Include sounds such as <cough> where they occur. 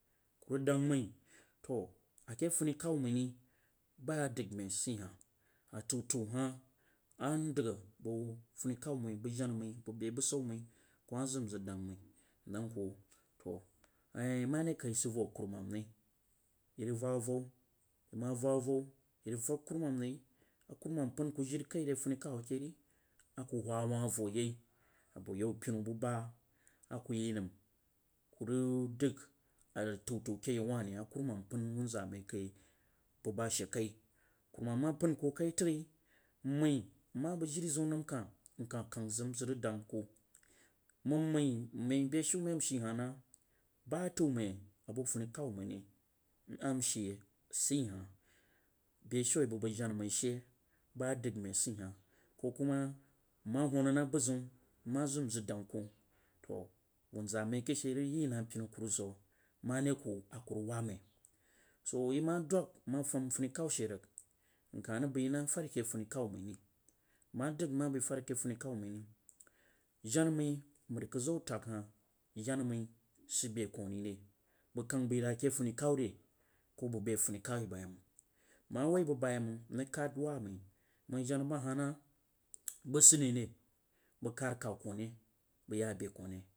Nku rig dang mni to a keh fui kaw mai ri dang mai sah hah tag tag hah a dang bu funi kaw manf jana mai mang bei bushu wai ku ma zag nzag mai ndang to <unintelligible> ma de kai sid vo kuruman ri yeh rig vag a vow yeh ma avag avow yeh rig vag kurumam ri, a kuruman pan ku jirikni a ri funikaw keh ri a ku wu wah vo yeh a bu yew penu bu baa yeh nam a ku rig dang a tewtaw a keh yau wuh ri a kuruman pan wunzumai kai bu ba she kai, kurumam maoan ku kai tri nmai ma bang jrirzeum nan kah nka kang zang rig dang ku mang mai mai bei shu mai nshe she na <unintelligible> taw mai a keh fini kaw mai ri ba nsha sag hah beshu a yeh bu bang janai mai she dang mai sad hah ko kuma nma wun na buzui nma zag nzag dang ku, to wuh zaa mang keh she rig yeh na penu a ku rig zau ma ri ku a ku rig wab mai to yeh ma dang ma fum funi kwa keh she ri nkah rig bai na fari keh funi kaw mai rima dang nma bang fan keh funi kawri jana mai mrikadzam a fag hah jana mai sid a bei kou rire banf kang bai rig keh funi kawri, ku bang bzi a funi kaw ba yeh manf nma wah banf ba yeh ban nrig kad waa mai bang jana ba hah na bang sid ani ri bang knd kaw kuri bang ya be kah ri